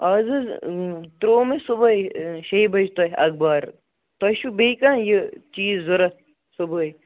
آز حظ ترٛوو مےٚ صُبحے شیٚہِ بَجہٕ تۄہہِ اخبار تۄہہِ چھُو بیٚیہِ کانہہ یہِ چیز ضروٗرت صُبحے